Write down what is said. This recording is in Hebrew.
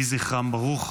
יהי זכרם ברוך.